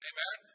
Amen